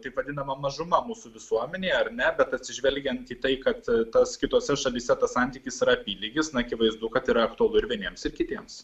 taip vadinama mažuma mūsų visuomenėje ar ne bet atsižvelgiant į tai kad tas kitose šalyse tas santykis yra apylygis na akivaizdu kad tai yra aktualu ir vieniems ir kitiems